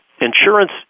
insurance